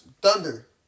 Thunder